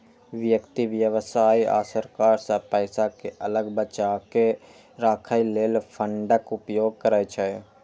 व्यक्ति, व्यवसाय आ सरकार सब पैसा कें अलग बचाके राखै लेल फंडक उपयोग करै छै